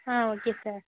ah okay sir